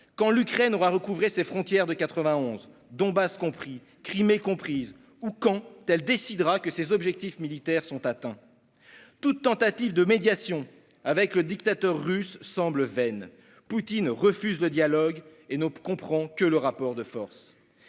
quand l'Ukraine aura recouvré ses frontières de 1991, Donbass compris, Crimée comprise, ou lorsqu'elle décidera que ses objectifs militaires sont atteints. Toute tentative de médiation avec le dictateur russe semble vaine. Poutine refuse le dialogue et ne comprend que le rapport de force.